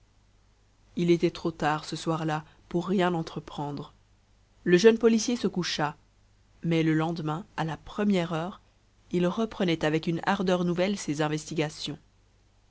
il était trop tard ce soir-là pour rien entreprendre le jeune policier se coucha mais le lendemain à la première heure il reprenait avec une ardeur nouvelle ses investigations